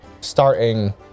starting